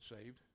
saved